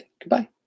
Goodbye